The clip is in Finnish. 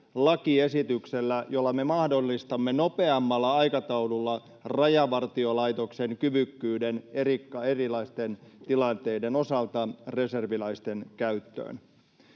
lakiesityksellä, jolla me mahdollistamme nopeammalla aikataululla Rajavartiolaitoksen kyvykkyyden erilaisten tilanteiden osalta reserviläisten käyttöön.